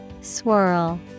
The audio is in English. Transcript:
Swirl